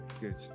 Good